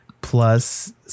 plus